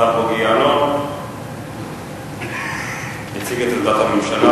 השר בוגי יעלון יציג את עמדת הממשלה